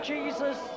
Jesus